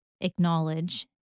acknowledge